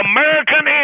American